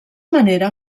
manera